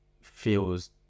feels